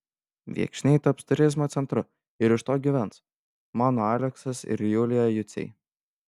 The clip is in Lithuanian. viekšniai taps turizmo centru ir iš to gyvens mano aleksas ir julija juciai